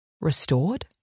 Restored